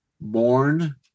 born